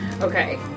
Okay